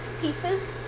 pieces